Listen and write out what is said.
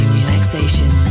relaxation